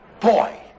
Boy